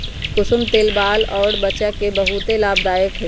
कुसुम तेल बाल अउर वचा ला बहुते लाभदायक हई